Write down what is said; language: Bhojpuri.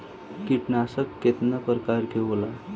कीटनाशक केतना प्रकार के होला?